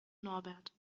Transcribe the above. norbert